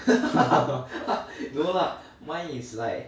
no lah mine is like